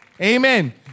Amen